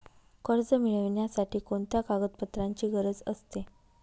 कर्ज मिळविण्यासाठी कोणत्या कागदपत्रांची गरज असते?